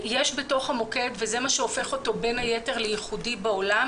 יש בתוך המוקד וזה מה שהופך אותו בין היתר לייחודי בעולם